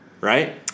right